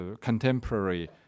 contemporary